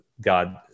God